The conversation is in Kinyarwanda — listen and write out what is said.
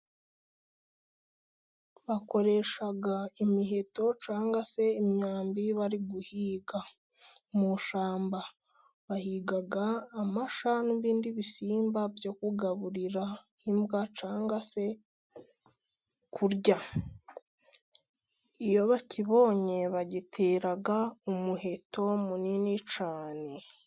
Bakoresha imiheto cyangwa se imyambi bari guhiga mu ishyamba, bahiga amasha n'ibindi bisimba byo kugaburira imbwa cyangwa se kurya, iyo bakibonye bagitera umuheto munini cyane.